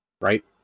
right